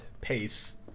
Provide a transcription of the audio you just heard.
pace